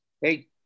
Hey